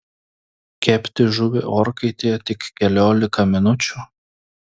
kepti žuvį orkaitėje tik keliolika minučių